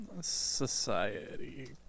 Society